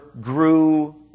grew